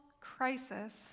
crisis